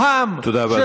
המזוהם, תודה רבה, אדוני.